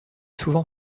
souvent